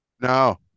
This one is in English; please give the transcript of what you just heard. No